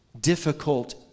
difficult